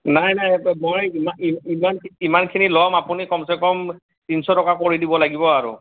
নাই নাই মই ইমান খিনি লম আপুনি কমচেকম তিনিশ টকা কৰি দিব লাগিব আৰু